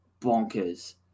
bonkers